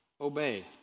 obey